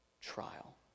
trial